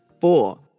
four